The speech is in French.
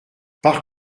par